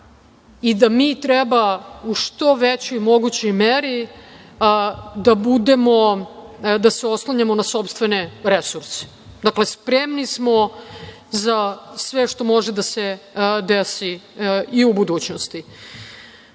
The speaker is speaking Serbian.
i da mi treba u što većoj mogućoj meri da se oslanjamo na sopstvene resurse. Dakle, spremni smo za sve što može da se desi i u budućnosti. Što